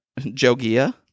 Jogia